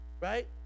right